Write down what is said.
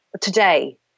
today